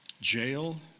jail